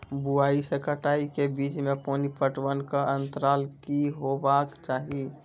बुआई से कटाई के बीच मे पानि पटबनक अन्तराल की हेबाक चाही?